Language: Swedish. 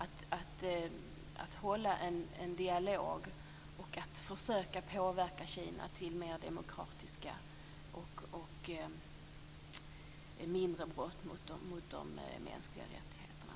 Man bör föra en dialog och försöka påverka Kina till mer demokrati och färre brott mot de mänskliga rättigheterna.